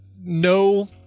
no